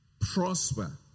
Prosper